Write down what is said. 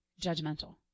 judgmental